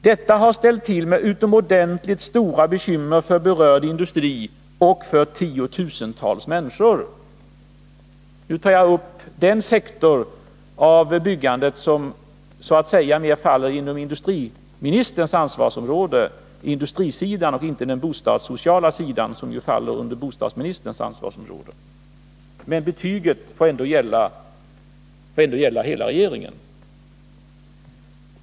Detta har ställt till med utomordentligt stora bekymmer för berörd industri och för tiotusentals människor. Jag behandlar här den sektor av byggandet som så att säga faller inom industriministerns ansvarsområde, dvs. industrisidan, och inte den bostadssociala sidan, som ju faller under bostadsministerns ansvarsområde, men betyget får ändå gälla hela regeringen.